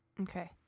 Okay